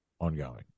Ongoing